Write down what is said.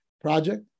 project